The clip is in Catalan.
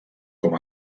com